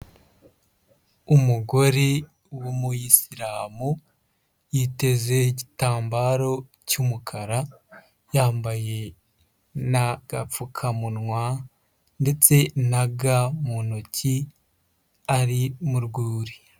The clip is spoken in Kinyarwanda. Umugore w'umuyisiramu, yiteze igitambaro cy'umukara, yambaye n'agapfukamunwa, ndetse na ga mu ntoki, ari mu rwuri.